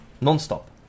Non-stop